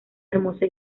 hermosa